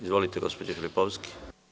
Izvolite, gospođo Filipovski.